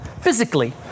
physically